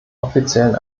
offiziellen